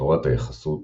תורת היחסות